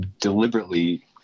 deliberately